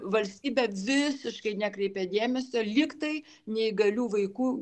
valstybė visiškai nekreipė dėmesio lyg tai neįgalių vaikų